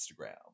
Instagram